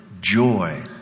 joy